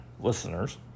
listeners